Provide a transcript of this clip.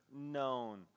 known